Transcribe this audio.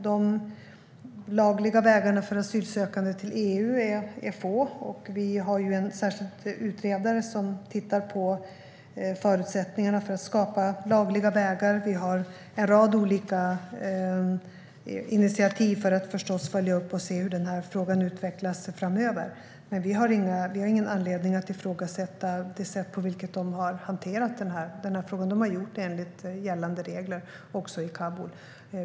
De lagliga vägarna för asylsökande till EU är få, och vi har en särskild utredare som tittar på förutsättningarna för att skapa lagliga vägar. Vi har en rad olika initiativ för att följa upp och se hur den här frågan utvecklas framöver. Men vi har ingen anledning att ifrågasätta det sätt på vilket man har hanterat denna fråga. Man har gjort det enligt gällande regler, också i Kabul.